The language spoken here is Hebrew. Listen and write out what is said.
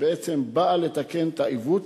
שבעצם באה לתקן את העיוות.